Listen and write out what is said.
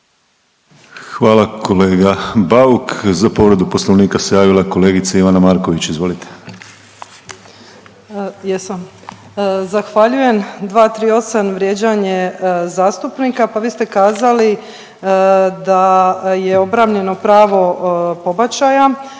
Hvala kolega Bauk. Za povredu Poslovnika se javila kolegica Ivana Marković. Izvolite. **Marković, Ivana (SDP)** Jesam. Zahvaljujem, 238. vrijeđanje zastupnika pa vi ste kazali da je obranjeno pravo pobačaja,